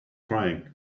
crying